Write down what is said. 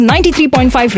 93.5